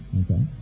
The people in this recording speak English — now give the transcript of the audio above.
okay